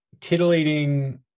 titillating